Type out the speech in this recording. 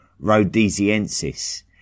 rhodesiensis